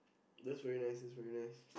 that's very nice that's very nice